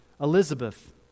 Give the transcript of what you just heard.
Elizabeth